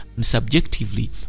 Subjectively